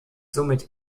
somit